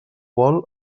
vol